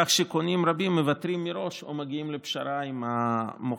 כך שקונים רבים מוותרים מראש או מגיעים לפשרה עם המוכר.